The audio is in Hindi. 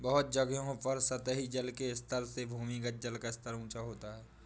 बहुत जगहों पर सतही जल के स्तर से भूमिगत जल का स्तर ऊँचा होता है